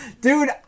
dude